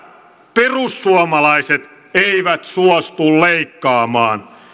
perussuomalaiset eivät suostu leikkaamaan